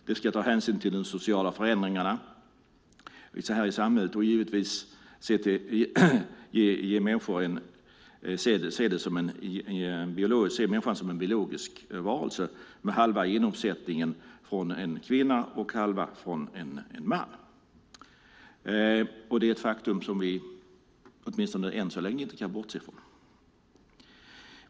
Den ska ta hänsyn till de sociala förändringarna i samhället och givetvis se människan som en biologisk varelse med halva genuppsättningen från en kvinna och halva från en man. Det är ett faktum som vi än så länge inte kan bortse ifrån.